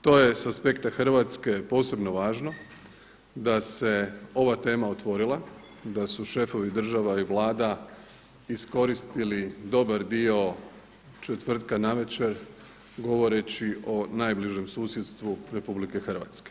To je sa aspekta Hrvatske posebno važno da se ova tema otvorila, da su šefovi država i vlada iskoristili dobar dio četvrtka navečer govoreći o najbližem susjedstvu RH.